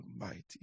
Almighty